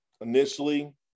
initially